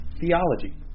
theology